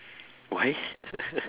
why